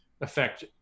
affect